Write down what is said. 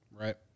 Right